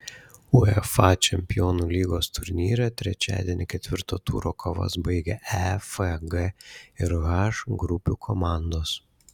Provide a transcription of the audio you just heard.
uefa čempionų lygos turnyre trečiadienį ketvirto turo kovas baigė e f g ir h grupių komandos